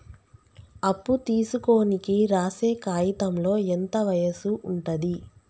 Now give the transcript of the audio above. అప్పు తీసుకోనికి రాసే కాయితంలో ఎంత వయసు ఉంటది?